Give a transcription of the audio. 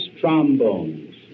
Trombones